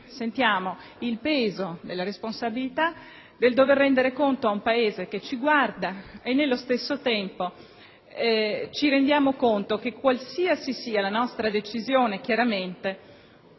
sentiamo il peso della responsabilità del dover rendere conto ad un Paese che ci guarda e nello stesso tempo ci rendiamo conto che, qualunque sia la nostra decisione, chiaramente